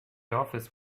office